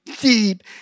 deep